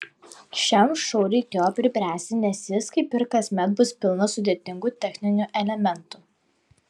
šiam šou reikėjo pribręsti nes jis kaip ir kasmet bus pilnas sudėtingų techninių elementų